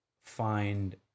find